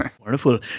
Wonderful